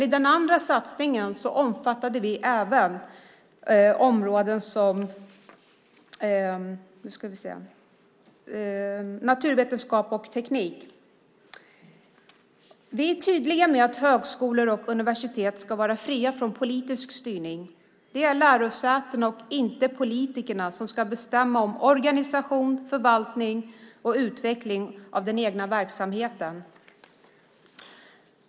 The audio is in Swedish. I den andra satsningen omfattades även områden som naturvetenskap och teknik. Vi är tydliga med att högskolor och universitet ska vara fria från politisk styrning. Det är lärosätena, inte politikerna, som ska bestämma om organisation, förvaltning och utveckling av den egna verksamheten.